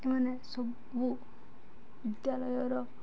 ଏମାନେ ସବୁ ବିଦ୍ୟାଳୟର